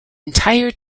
entire